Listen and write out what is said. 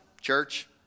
church